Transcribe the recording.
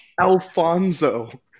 Alfonso